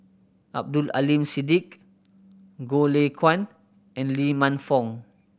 Abdul Aleem Siddique Goh Lay Kuan and Lee Man Fong